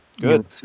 Good